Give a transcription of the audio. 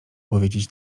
powiedzieć